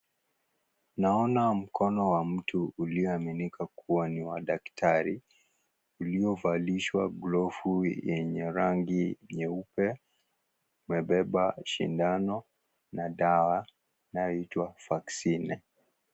Naona mkono wa daktari ,uliovalishwa glovu ,umebeba dawa inayoitwa "vaccine ".